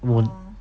or